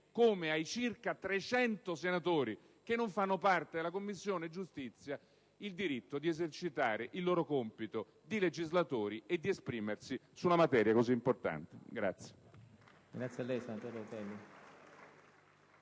come ai circa 300 senatori che non fanno parte della Commissione giustizia, il diritto di esercitare il nostro compito di legislatori e di esprimerci su una materia così importante.